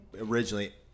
originally